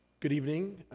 good evening.